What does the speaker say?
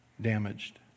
damaged